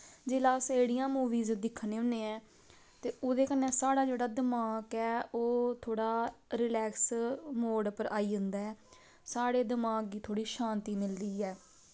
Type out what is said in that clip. जिसलै अस एह्ड़ियां मूवीस दिक्खने होन्ने ऐं ते ओह्दे कन्नै साढ़ा जेह्ड़ा दमाक ऐ ओह् थोह्ड़ा रिलैक्स मोड़ पर आई जंदा ऐ साढ़े दमाक गी थोह्ड़ी शान्ति मिलदी ऐ